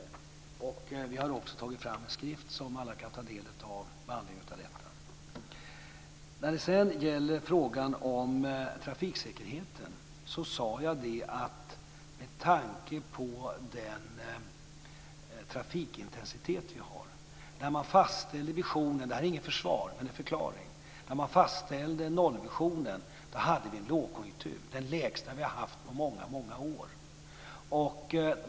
Vi har också tagit fram en skrift som alla kan ta del av med anledning av detta. När det sedan gäller frågan om trafiksäkerheten sade jag det här med tanke på den trafikintensitet som vi har - det här är inget försvar men en förklaring. När nollvisionen fastställdes hade vi en lågkonjunktur, den lägsta vi har haft på många år.